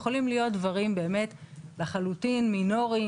יכולים להיות דברים באמת לחלוטין מינוריים,